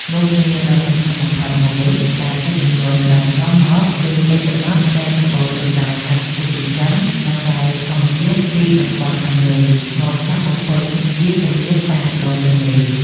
មុខងារដ៏សំខាន់បំផុតមួយដែលទឹកជំនន់បាននាំមក គឺដីល្បាប់ដែលសម្បូរទៅដោយសារធាតុចិញ្ចឹម និងរ៉ែធម្មជាតិពីតំបន់ខាងលើ មកចាក់បំពេញវាលទំនាបតាមដងទន្លេ។